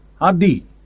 Adi